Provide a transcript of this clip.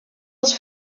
els